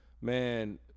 man